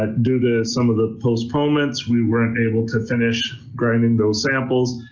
ah due to some of the postponements we weren't able to finish grinding those samples.